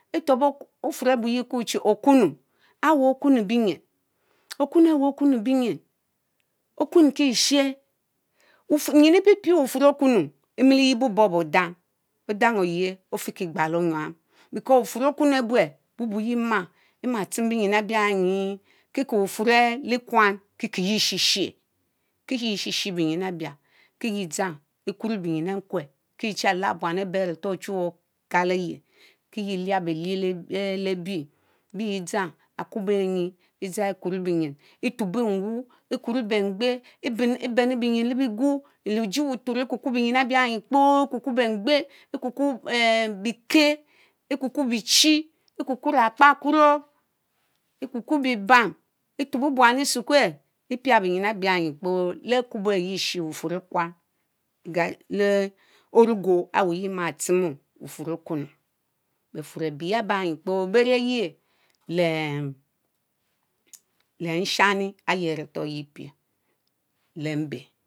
E'tuob bufurr ẽbu yéh ekurr chi okunu Awehh okunu bienyin okunki ɛ'sherr, nyin epiepie bufurr okunu; ɛ'mileyi bobohbor ódáhh, odahh oyeh ofieki gbal ónyám because ufurr okunu obueh bubuyie má ema tchim benyin ebia enyiee kikie bufurr ehh likuán yieh ɛ'shishi, ɛshishi benyin ebiah ki yie dzang ɛkuró benyin nkwerr kie-cheh carrh buan abéé aretór ochuweh okaleye kie yé eliar béy lie léy béé; beyeh dzana akubo enyie ɛ'dzama ɛ'kuru bienyin etubo nwuu ɛkuro béngbéé ebenu bienyin lé biguu lejie buturo ɛ'kukurr bienyin abianyi kpoo ɛkukurr bengbéé ɛkukurr bekeeh ɛkukurr biechie; Ekukurr Akpakuro, Ekukurr biebam E'tubó buan léé ésukuel epia binyin abiahnyi kpo leé Akubo arẽ yẽ eshie bufurr léy kwán i léé orógó awaheréé yieh ima tchimu bufurr okunu. Befurr abéyé abahnyi kporr beriye lehh nshani alie aretor yi pie léé mbé.,,